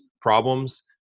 problems